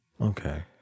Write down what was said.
Okay